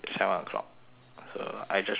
so I just reach at seven lor